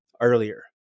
earlier